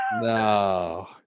No